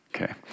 okay